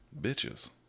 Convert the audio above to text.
bitches